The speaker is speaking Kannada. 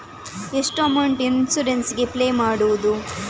ಎಷ್ಟು ಅಮೌಂಟ್ ಇನ್ಸೂರೆನ್ಸ್ ಗೇ ಪೇ ಮಾಡುವುದು?